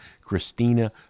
Christina